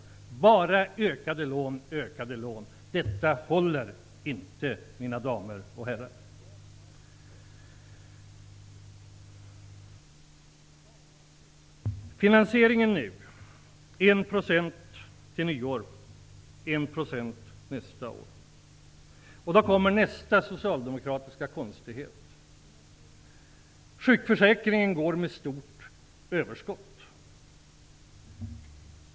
Det är bara ökade lån, ökade lån. Detta håller inte, mina damer och herrar. Nu till finansieringen -- 1 % till nyår och 1 % nästa år. Här kommer nästa socialdemokratiska konstighet. Sjukförsäkringen går med stort överskott.